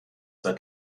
seit